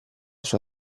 sua